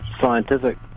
scientific